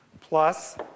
plus